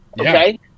Okay